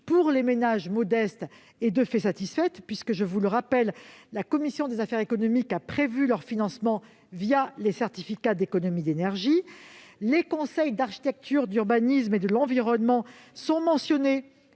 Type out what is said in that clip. pour les ménages modestes, puisque la commission des affaires économiques a prévu leur financement les certificats d'économies d'énergie. Les conseils d'architecture, d'urbanisme et de l'environnement sont mentionnés